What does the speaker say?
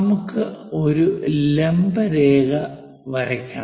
നമുക്ക് ഒരു ലംബ രേഖ വരയ്ക്കണം